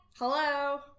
Hello